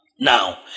now